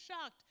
shocked